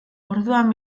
orduan